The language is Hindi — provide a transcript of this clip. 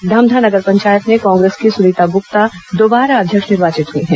धमधा नगर पंचायत में कांग्रेस की सुनीता गुप्ता दोबारा अध्यक्ष निर्वाचित हुई हैं